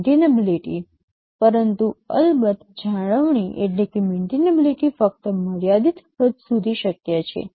પરંતુ અલબત્ત જાળવણી ફક્ત મર્યાદિત હદ સુધી શક્ય છે